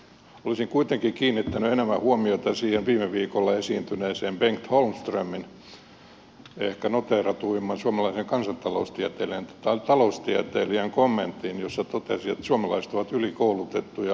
olisin kuitenkin kiinnittänyt enemmän huomiota siihen viime viikolla esiintyneeseen bengt holmströmin ehkä noteeratuimman suomalaisen kansantaloustieteilijän tai taloustieteilijän kommenttiin jossa hän totesi että suomalaiset ovat ylikoulutettuja alisuorittajia